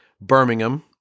Birmingham